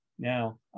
Now